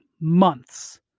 months